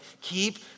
Keep